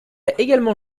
également